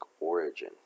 origin